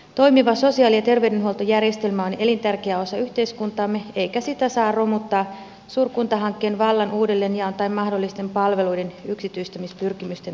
toimiva sosiaali ja terveydenhuoltojärjestelmä on elintärkeä osa yhteiskuntaamme eikä sitä saa romuttaa suurkuntahankkeen vallan uudelleenjaon tai mahdollisten palveluiden yksityistämispyrkimysten takia